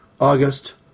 August